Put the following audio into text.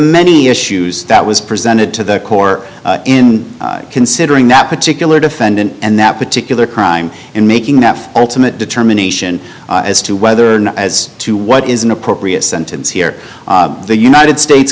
many issues that was presented to the core in considering that particular defendant and that particular crime in making that ultimate determination as to whether or not as to what is an appropriate sentence here the united states